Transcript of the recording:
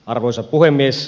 arvoisa puhemies